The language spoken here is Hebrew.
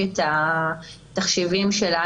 חשוב לכל מי שעוסק בתחום כדי להבין יותר טוב מה סוג הזיהום